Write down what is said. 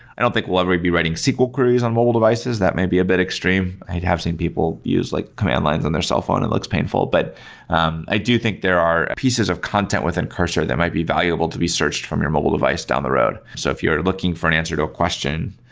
i don't think we'll ever be writing sql queries on mobile devices. that may be a bit extreme, i mean to have same people use like command lines on their cellphone, it looks painful. but um i do think there are pieces of content within cursor that might be valuable to be searched from your mobile device down the road. so if you're looking for an answer to a question,